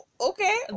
Okay